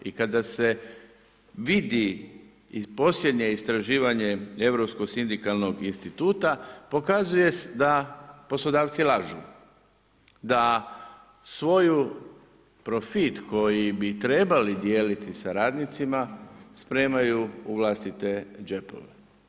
I kada se vidi i posljednje istraživanje Europsko sindikalnog instituta pokazuje da poslodavci lažu, da svoj profit koji bi trebali dijeliti sa radnicima spremaju u vlastite džepove.